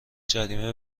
جریمه